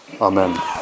Amen